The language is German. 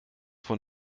von